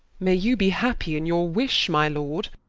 may you be happy in your wish my lord,